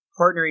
partnering